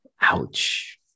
ouch